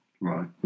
Right